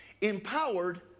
Empowered